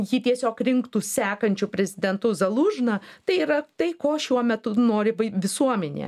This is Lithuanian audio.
jį tiesiog rinktų sekančiu prezidentu zalūžną tai yra tai ko šiuo metu nori visuomenė